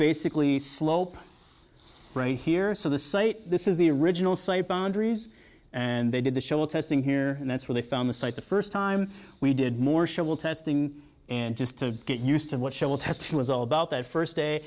basically slope right here so the say this is the original site boundaries and they did the show testing here and that's where they found the site the first time we did more shovel testing and just to get used to what sheila testing was all about that first day